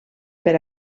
per